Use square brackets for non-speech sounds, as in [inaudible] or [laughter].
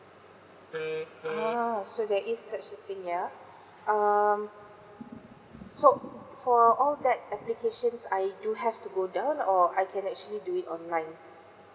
[noise] ah so there is such a thing ya um so for all that applications I do have to go down or I can actually do it online